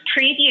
preview